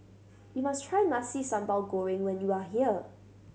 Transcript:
you must try Nasi Sambal Goreng when you are here